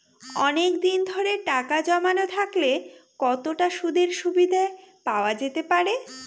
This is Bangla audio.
অনেকদিন ধরে টাকা জমানো থাকলে কতটা সুদের সুবিধে পাওয়া যেতে পারে?